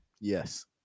Yes